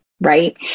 right